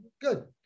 good